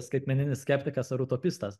skaitmeninis skeptikas ar utopistas